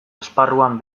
esparruan